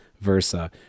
versa